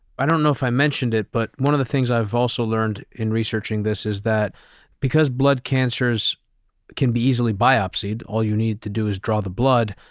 i don't know if i mentioned it, but one of the things i've also learned in researching this is that because blood cancers can be easily biopsied, all you need to do is draw the blood.